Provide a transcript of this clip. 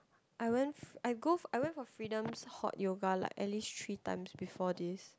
I went I go I went for Freedom hot yoga like at least three times before this